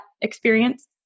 experience